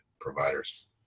providers